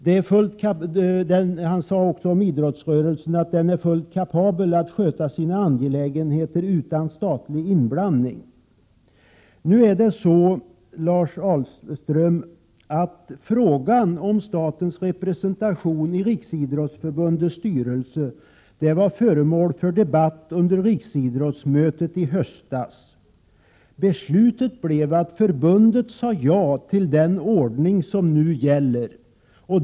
Han sade också om idrottsrörelsen att den är fullt kapabel att sköta sina angelägenheter utan statlig inblandning. Frågan om statens representation i Riksidrottsförbundets styrelse var föremål för debatt under riksidrottsmötet i höstas, Lars Ahlström. Beslutet blev att förbundet sade ja till den ordning som nu gäller.